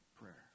prayer